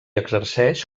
exerceix